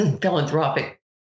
philanthropic